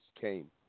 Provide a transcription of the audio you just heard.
came